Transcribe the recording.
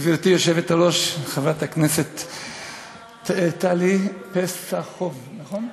גברתי היושבת-ראש, חברת הכנסת טלי, פסחוב, נכון?